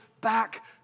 back